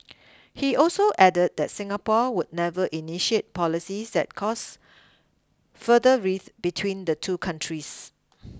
he also added that Singapore would never initiate policies that cause further rift between the two countries